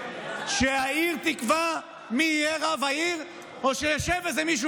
שהעיר תקבע מי יהיה רב העיר או שישב איזה מישהו